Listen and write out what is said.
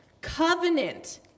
Covenant